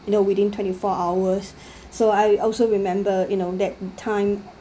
you know within twenty four hours so I also remember you know that time